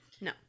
no